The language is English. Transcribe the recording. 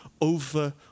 over